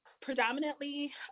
predominantly